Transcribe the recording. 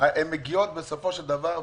הן מגיעות בסופו של דבר,